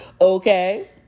Okay